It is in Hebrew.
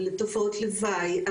על תופעות לוואי,